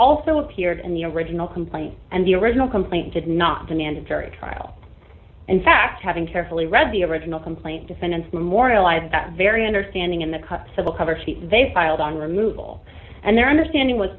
also appeared in the original complaint and the original complaint did not demand a jury trial in fact having carefully read the original complaint defendants memorialized that very understanding and the costs of a cover sheet they filed on removal and their understanding was